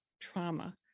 trauma